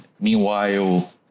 meanwhile